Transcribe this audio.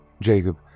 Jacob